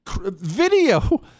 video